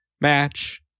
match